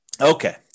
Okay